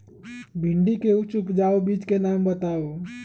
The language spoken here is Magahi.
भिंडी के उच्च उपजाऊ बीज के नाम बताऊ?